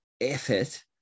effort